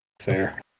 Fair